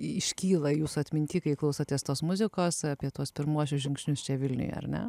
iškyla jūsų atminty kai klausotės tos muzikos apie tuos pirmuosius žingsnius čia vilniuje ar ne